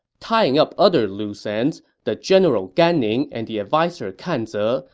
tying up other loose ends, the general gan ning and the adviser kan ze,